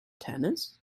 tennis